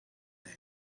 name